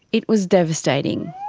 it was devastating.